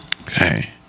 Okay